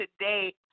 today